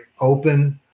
open